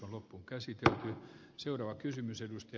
on loppu kai sitä seuraava kysymys edusti